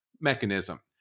mechanism